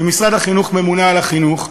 ומשרד החינוך ממונה על החינוך,